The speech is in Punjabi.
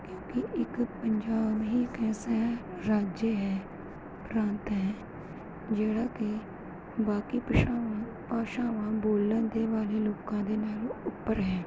ਕਿਉਂਕਿ ਇੱਕ ਪੰਜਾਬ ਹੀ ਇੱਕ ਐਸਾ ਹੈ ਰਾਜ ਹੈ ਪ੍ਰਾਂਤ ਹੈ ਜਿਹੜਾ ਕਿ ਬਾਕੀ ਭਾਸ਼ਾਵਾਂ ਭਾਸ਼ਾਵਾਂ ਬੋਲਣ ਦੇ ਵਾਲੇ ਲੋਕਾਂ ਦੇ ਨਾਲੋਂ ਉੱਪਰ ਹੈ